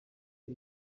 iri